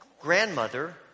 grandmother